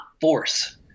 force